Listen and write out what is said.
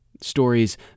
Stories